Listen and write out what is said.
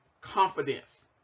confidence